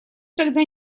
тогда